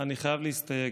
אני חייב להסתייג.